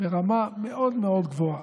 ברמה מאוד מאוד גבוהה.